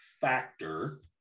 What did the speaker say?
factor